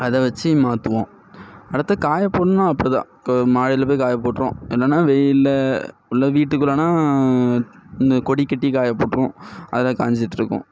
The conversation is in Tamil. அதை வச்சு மாற்றுவோம் அடுத்து காயப் போடுணுன்னால் அப்படி தான் க மாடியில் போய் காயப்போட்டிருவோம் என்னென்னால் வெயிலில் உள்ளே வீட்டுக்குள்ளனால் இந்த கொடிக்கட்டி காயப்போட்டிருவோம் அதில் காஞ்சுட்ருக்கும்